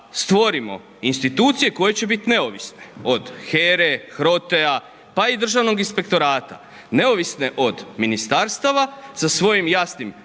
stvorimo institucije koje će bit neovisne, od HERA-e, HROTE-a, pa i Državnog inspektorata, neovisno od Ministarstava, sa svojim jasnim